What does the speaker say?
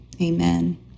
Amen